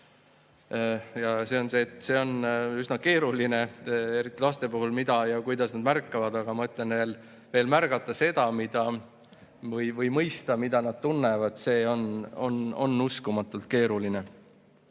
ta näeb. Ja see on üsna keeruline, eriti laste puhul, mida ja kuidas nad märkavad, aga ma ütlen, et märgata seda või mõista, mida nad tunnevad, see on veel uskumatult keeruline.